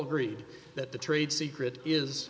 agreed that the trade secret is